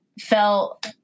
felt